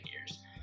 years